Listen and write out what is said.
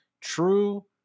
true